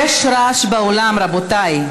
מירב בן ארי,